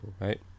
Right